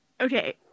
Okay